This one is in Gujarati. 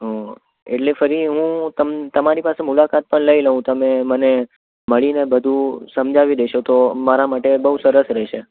ઓ એટલે ફરી હું તમ તમારી પાસે મુલાકાત પણ લઈ લઉં તમે મને મળીને બધું સમજાવી દેશો તો મારા માટે બહુ સરસ રહેશે